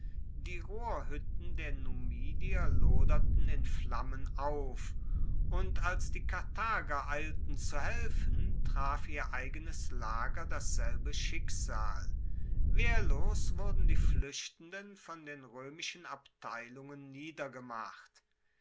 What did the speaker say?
die rohrhuetten der numidier loderten in flammen auf und als die karthager eilten zu helfen traf ihr eigenes lager dasselbe schicksal wehrlos wurden die fluechtenden von den roemischen abteilungen niedergemacht